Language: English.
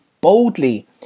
boldly